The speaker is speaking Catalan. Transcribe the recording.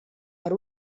per